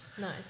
Nice